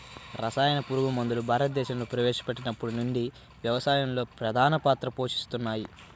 రసాయన పురుగుమందులు భారతదేశంలో ప్రవేశపెట్టినప్పటి నుండి వ్యవసాయంలో ప్రధాన పాత్ర పోషిస్తున్నాయి